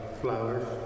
flowers